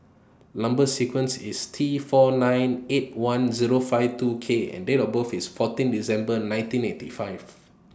Number sequence IS T four nine eight one Zero five two K and Date of birth IS fourteen December nineteen eighty five